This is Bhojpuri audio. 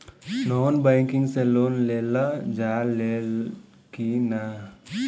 नॉन बैंकिंग से लोन लेल जा ले कि ना?